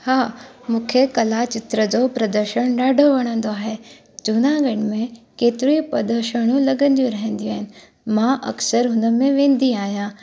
हा मूंखे कला चित्र जो प्रदर्शन ॾाढो वणंदो आहे जूनागढ़ में केतिरो ई प्रदर्शन लॻंदियूं रहंदियूं आहिनि मां अक्सर हुन में वेंदी आहियां